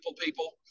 people